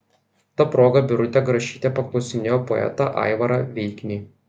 ta proga birutė grašytė paklausinėjo poetą aivarą veiknį